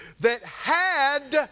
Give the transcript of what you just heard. that had,